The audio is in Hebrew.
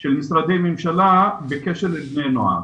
של משרדי ממשלה בקשר לבני נוער.